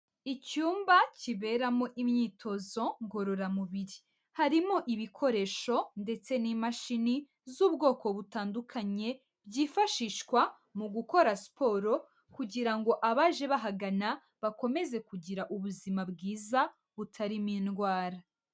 Icyumba kiberamo imyitozo ngororamubiri, harimo ibikoresho ndetse n'imashini z'ubwoko butandukanye byifashishwa mu gukora siporo kugira ngo abaje bahagana bakomeze kugira ubuzima bwiza, butarimo indwara.